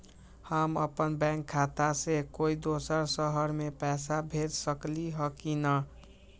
हम अपन बैंक खाता से कोई दोसर शहर में पैसा भेज सकली ह की न?